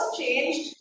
changed